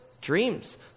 dreams